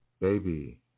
Baby